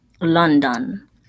london